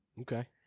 okay